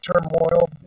turmoil